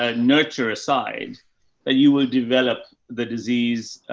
ah nurture aside that you will develop the disease,